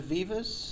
Vivas